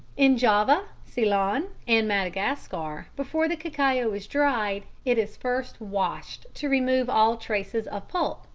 in java, ceylon and madagascar before the cacao is dried, it is first washed to remove all traces of pulp.